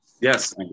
Yes